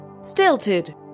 stilted